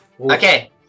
Okay